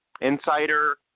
insider